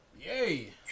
Yay